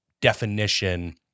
definition